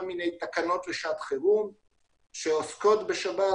מיני תקנות לשעת חירום שעוסקות בשב"ס.